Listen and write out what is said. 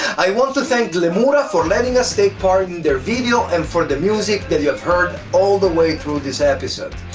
i want to thank le mura for letting us take part in their video and for the music that you have heard all the way trough this episode.